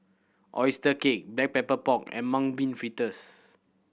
oyster cake Black Pepper Pork and Mung Bean Fritters